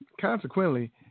consequently